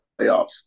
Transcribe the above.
playoffs